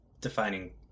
defining